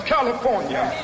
California